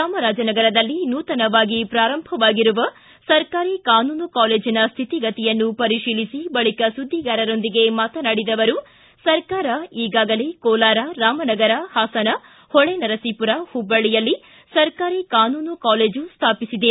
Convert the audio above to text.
ಚಾಮರಾಜನಗರದಲ್ಲಿ ನೂತನವಾಗಿ ಪುರಂಭವಾಗಿರುವ ಸರ್ಕಾರಿ ಕಾನೂನು ಕಾಲೇಜಿನ ಶ್ರಿತಿಗತಿಯನ್ನು ಪರಿಶೀಲಿಸಿ ಬಳಿಕ ಸುದ್ವಿಗಾರರೊಂದಿಗೆ ಮಾತನಾಡಿದ ಅವರು ಸರ್ಕಾರ ಈಗಾಗಲೇ ಕೋಲಾರ ರಾಮನಗರ ಪಾಸನ ಹೊಳೆನರಸೀಮರ ಹುಬ್ಲಳ್ಳಿಯಲ್ಲಿ ಸರ್ಕಾರಿ ಕಾನೂನು ಕಾಲೇಜು ಸ್ವಾಪಿಸಿದೆ